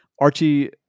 Archie